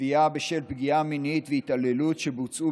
לתביעה בשל פגיעה מינית והתעללות שבוצעו